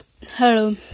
hello